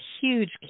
huge